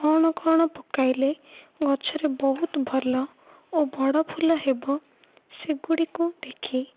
କ'ଣ କ'ଣ ପକାଇଲେ ଗଛରେ ବହୁତ ଭଲ ଓ ବଡ଼ ଫୁଲ ହେବ ସେଗୁଡ଼ିକୁ ଦେଖି